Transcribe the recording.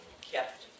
Kept